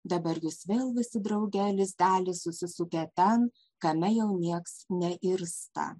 dabar jūs vėl visi drauge lizdelį susisukę ten kame jau nieks neirsta